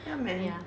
ya man